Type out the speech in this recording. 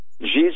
Jesus